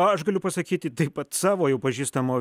aš galiu pasakyti tai pat savo jau pažįstamo